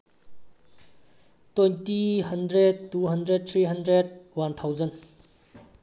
twenty hundred two hundred three hundred one thousand